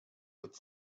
with